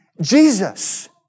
Jesus